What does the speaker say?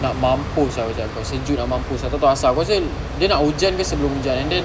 nak mampus ah aku cakap dengan kau sejuk nak mampus tak tahu asal it wasn't dia nak hujan dia sebelum hujan and then